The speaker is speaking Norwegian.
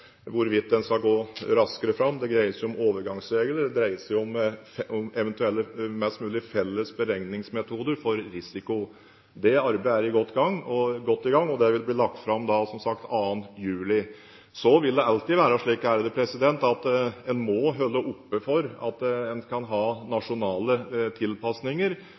hvorvidt en skal gå raskere fram, det dreier seg om overgangsregler, og det dreier seg om mest mulig felles beregningsmetoder for risiko. Det arbeidet er godt i gang, og det vil som sagt bli lagt fram den 2. juli. Så vil det alltid være slik at en må holde åpent for at en kan ha nasjonale tilpasninger,